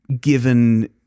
given